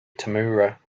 tamura